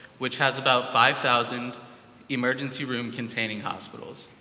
which has about five thousand emergency-room-containing hospitals.